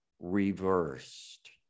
reversed